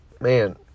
Man